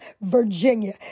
virginia